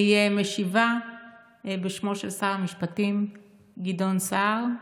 אני משיבה בשמו של שר המשפטים גדעון סער,